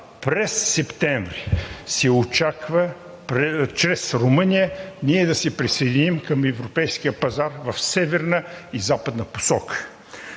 През септември се очаква чрез Румъния ние да се присъединим към Европейския пазар в северна и западна посока.